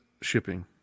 shipping